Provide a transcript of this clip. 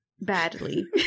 Badly